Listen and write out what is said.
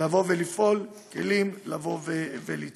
לבוא ולפעול, כלים לבוא ולצמוח.